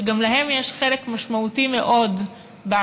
שגם להם יש חלק משמעותי מאוד בהכרה